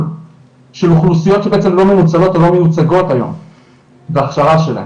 של אוכלוסיות שבעצם לא מנוצלות או לא מיוצגות היום בהכשרה שלהם.